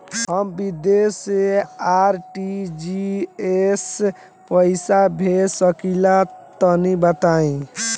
हम विदेस मे आर.टी.जी.एस से पईसा भेज सकिला तनि बताई?